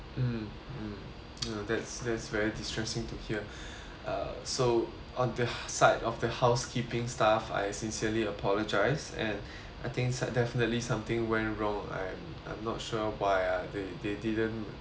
mm that's that's very distressing to hear uh so on the side of the housekeeping staff I sincerely apologise and I think there's definitely something went wrong I'm I'm not sure why ah they they didn't actually manage to